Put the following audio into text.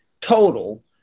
total